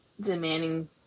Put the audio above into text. demanding